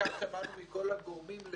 וכך שמענו מכל הגורמים,